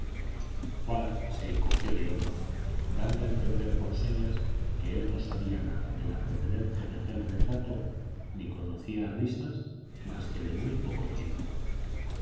juan se encogió de hombros dando a entender por señas que él no sabía nada de la procedencia de aquel retrato ni conocía a risas más que de muy poco tiempo el